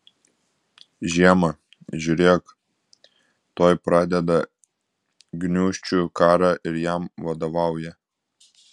žiemą žiūrėk tuoj pradeda gniūžčių karą ir jam vadovauja